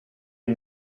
est